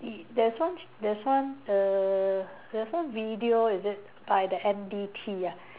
there's one there's one err there's one video is it by the N_B_T ah